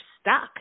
stuck